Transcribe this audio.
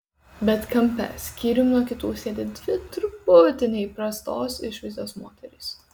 bet kampe skyrium nuo kitų sėdi dvi truputį neįprastos išvaizdos moterys